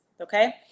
Okay